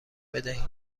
بدهید